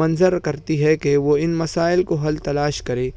منظر کرتی ہے کہ وہ ان مسائل کو حل تلاش کرے